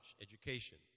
education